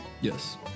Yes